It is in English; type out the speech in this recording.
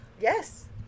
Yes